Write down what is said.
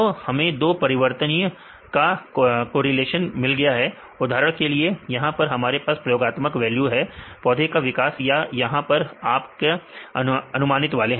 तो हमें दो परिवर्तनीय का कोरिलेशन मिल गया है उदाहरण के लिए यहां पर हमारे पास प्रयोगात्मक वैल्यू है पौधे का विकास या यहां पर आप की अनुमानित वाले